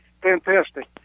Fantastic